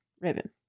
ribbon